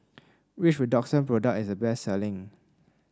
which Redoxon product is the best selling